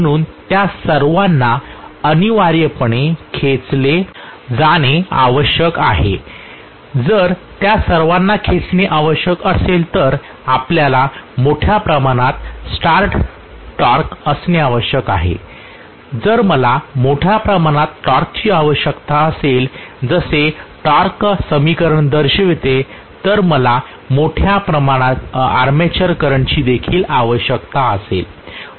म्हणून त्या सर्वांना अनिवार्यपणे खेचले जाणे आवश्यक आहे जर त्या सर्वांना खेचणे आवश्यक असेल तर आपल्याला मोठ्या प्रमाणात स्टार्ट टॉर्क असणे आवश्यक आहे जर मला मोठ्या प्रमाणात टॉर्कची आवश्यकता असेल जसे टॉर्क समीकरण दर्शविते तर मला मोठ्या आर्मेचर करंटची देखील आवश्यकता असेल